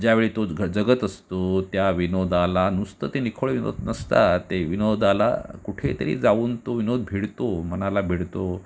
ज्यावेळी तो घ जगत असतो त्या विनोदाला नुसतं ते निखळ विनोद नसतात ते विनोदाला कुठेतरी जाऊन तो विनोद भिडतो मनाला भिडतो